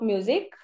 Music